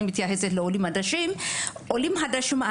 ואני מתייחסת לעולים חדשים הנערים,